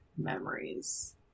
memories